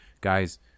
guys